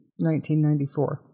1994